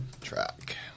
track